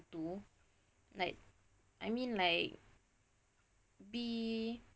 two like I mean like be